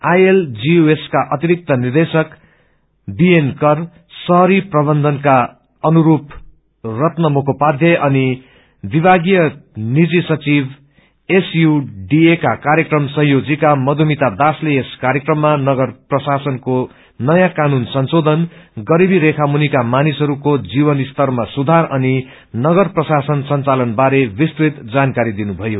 ILGUS का अतिरिक्त निर्देशक बीएन कर शहरी प्रवन्धनका अनुरू रत्न मुखोपाध्यय अनि विभागीय निजी सचिव एसयु डीए का कार्यक्रम संयोजिका मधुमिता दासले यस कार्यशालामा नगर प्रशासनको नयाँ कानून संशोधन गरीबी रेखा मुनिका मानिसहस्को जीवनस्तरमा सुधार नगर प्रशासन संघालन बारे विस्तृत जानकारी दिनुभयो